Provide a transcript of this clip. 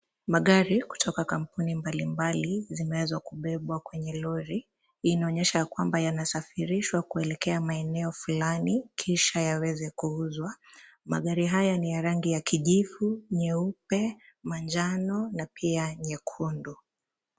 Magari kutoka kampuni mbali mbali zimeweza kubebwa kwenye lori. Inaonyesha ya kwamba yanasaifirishwa kuelekea maeneo fulani kisha yaweze kuuzwa. Magari haya ni ya rangi ya kijivu, nyeupe, manjano na pia nyekundu.